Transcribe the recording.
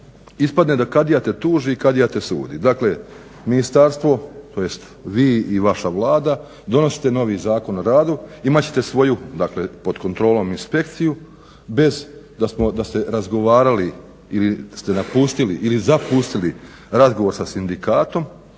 ispadne da kadija te tuži, kadija te sudi. Dakle ministarstvo, tj. vi i vaša Vlada, donosite novi Zakon o radu, imat ćete svoju dakle pod kontrolom inspekciju bez da ste razgovarali ili da ste napustili ili zapustili razgovor sa sindikatom